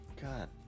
God